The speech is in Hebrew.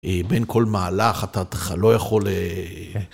בין כל מהלך אתה תח... לא יכול... אה...